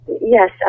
yes